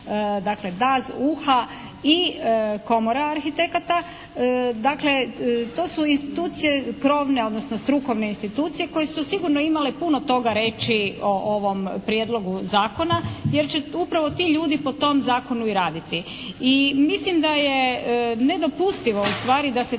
razumije./… i Komora arhitekata. Dakle, to su institucije krovne odnosno strukovne institucije koje su sigurno imale puno toga reći o ovom prijedlogu zakona jer će upravo ti ljudi po tom zakonu i raditi. I mislim da je nedopustivo ustvari da se